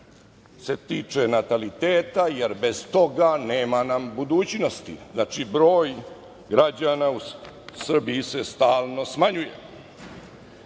tiče nataliteta, jer bez toga nema nam budućnosti. Znači, broj građana u Srbiji se stalno smanjuje. Želim